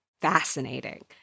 fascinating